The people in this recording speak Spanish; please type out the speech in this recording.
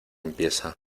empieza